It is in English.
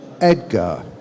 Edgar